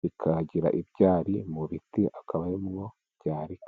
bikagira ibyari mu biti akaba arimo byarika.